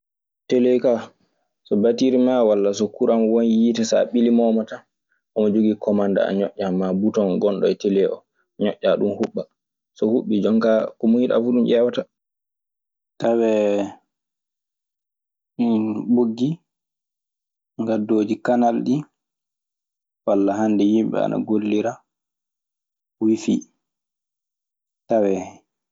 Telee kaa so battiri maa walla so kuran won yiite. So a ɓili moomo tan omo jogii komande a ñoƴƴan ma buton ngonɗo e tele oo ñoƴƴaa huɓban. Tawee moggi ngaddooji Kanal ɗii. Walla hannde yimɓe ana gollira wiifii, tawee hen.